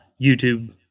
YouTube